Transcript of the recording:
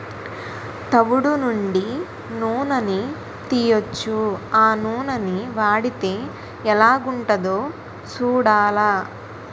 తవుడు నుండి నూనని తీయొచ్చు ఆ నూనని వాడితే ఎలాగుంటదో సూడాల